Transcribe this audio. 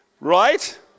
Right